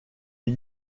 est